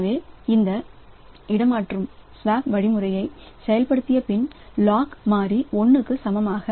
எனவே இந்த இடமாற்று வழிமுறையை செயல்படுத்திய பின் லாக் மாறி 1 க்கு சமமாகிறது